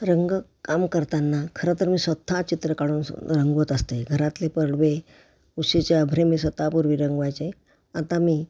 रंगकाम करताना खरं तर मी स्वतः चित्र काढून सगळं रंगवत असते घरातले परवे उशीचे अभ्रे मी स्वतः पूर्वी रंगवायचे आता मी